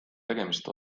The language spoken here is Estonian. tegemist